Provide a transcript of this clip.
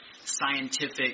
scientific